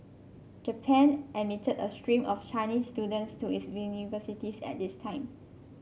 Japan admitted a stream of Chinese students to its universities at this time